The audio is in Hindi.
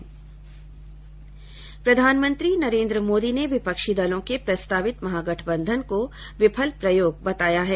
प्रधानमंत्री नरेन्द्र मोदी ने विपक्षी दलों के प्रस्तावित महागठबंधन को विफल प्रयोग बताया है